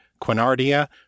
Quinardia